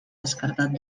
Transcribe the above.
descartat